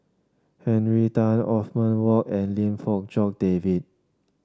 Henry Tan Othman Wok and Lim Fong Jock David